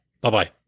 Bye-bye